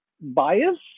bias